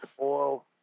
oil